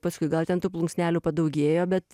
paskui gal ten tų plunksnelių padaugėjo bet